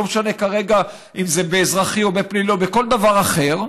לא משנה כרגע אם זה באזרחי או בפלילי או בכל דבר אחר,